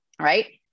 Right